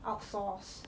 outsource